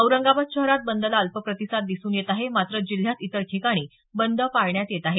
औरंगाबाद शहरात बंदला अल्प प्रतिसाद दिसून येत आहे मात्र जिल्ह्यात इतर ठिकाणी बंद पाळण्यात येत आहे